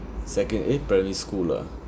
secon~ eh primary school lah